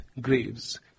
graves